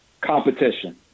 Competition